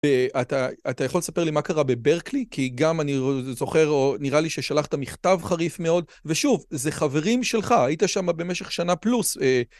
אתה יכול לספר לי מה קרה בברקלי? כי גם אני זוכר, או נראה לי ששלחת מכתב חריף מאוד, ושוב, זה חברים שלך, היית שם במשך שנה פלוס.